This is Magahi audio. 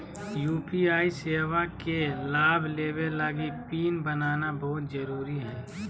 यू.पी.आई सेवा के लाभ लेबे लगी पिन बनाना बहुत जरुरी हइ